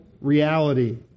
reality